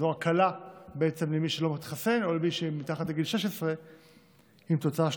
זו הקלה למי שלא מתחסן או למי שמתחת לגיל 16 עם תוצאה שלילית.